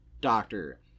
Doctor